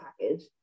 package